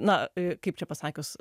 na e kaip čia pasakius